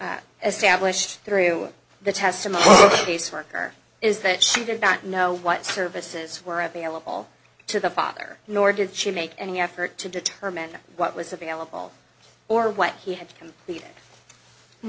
as stablished through the testimony caseworker is that she did not know what services were available to the father nor did she make any effort to determine what was available or what he had to complete